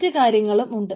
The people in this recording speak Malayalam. മറ്റു കാര്യങ്ങളും ഉണ്ട്